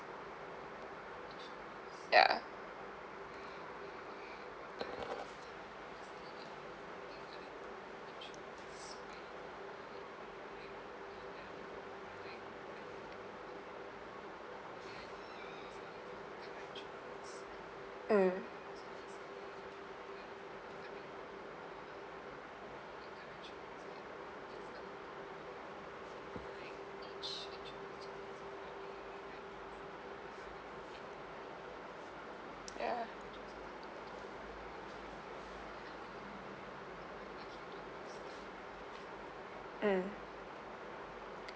ya mm ya mm